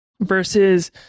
versus